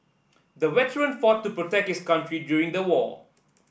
the veteran fought to protect his country during the war